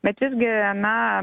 bet visgi na